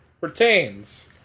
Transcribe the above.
retains